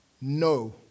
No